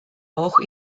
auch